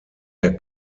der